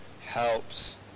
helps